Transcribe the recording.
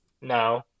No